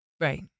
Right